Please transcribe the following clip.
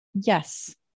yes